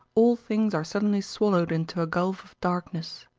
all things are suddenly swallowed into a gulf of darkness.